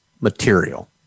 material